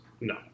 no